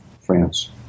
France